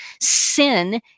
sin